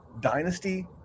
dynasty